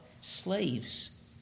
slaves